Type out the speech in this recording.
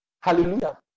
hallelujah